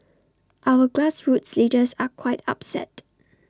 our grassroots leaders are quite upset